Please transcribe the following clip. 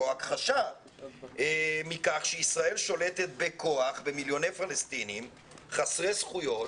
או ההכחשה מכך שישראל שולטת בכוח במיליוני פלסטינים חסרי זכויות,